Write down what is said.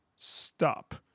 stop